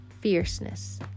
fierceness